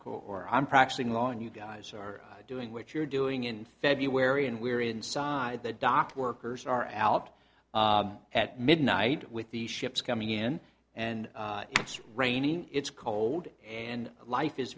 court or i'm practicing law and you guys are doing what you're doing in february and we're inside the dock workers are albert at midnight with the ships coming in and it's raining it's cold and life is